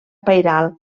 pairal